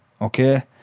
okay